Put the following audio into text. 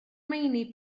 meini